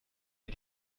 wie